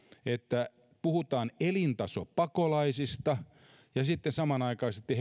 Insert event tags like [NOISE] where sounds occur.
että puhutaan elintasopakolaisista ja ja sitten samanaikaisesti [UNINTELLIGIBLE]